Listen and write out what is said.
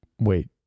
Wait